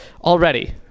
already